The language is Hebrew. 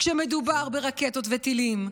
כשמדובר ברקטות וטילים,